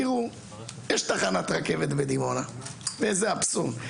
תראו יש תחנת רכבת בדימונה וזה אבסורד,